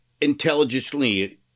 intelligently